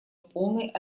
полной